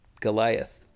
Goliath